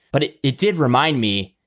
but it it did remind me,